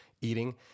eating